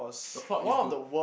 the plot is good